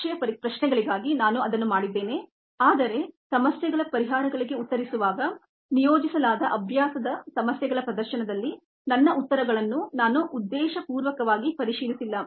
ಪರೀಕ್ಷೆಯ ಪ್ರಶ್ನೆಗಳಿಗಾಗಿ ನಾನು ಅದನ್ನು ಮಾಡಿದ್ದೇನೆ ಆದರೆ ಸಮಸ್ಯೆಗಳ ಪರಿಹಾರಗಳಿಗೆ ಉತ್ತರಿಸುವಾಗ ನಿಯೋಜಿಸಲಾದ ಅಭ್ಯಾಸದ ಸಮಸ್ಯೆಗಳ ಪ್ರದರ್ಶನದಲ್ಲಿ ನನ್ನ ಉತ್ತರಗಳನ್ನು ನಾನು ಉದ್ದೇಶಪೂರ್ವಕವಾಗಿ ಪರಿಶೀಲಿಸಿಲ್ಲ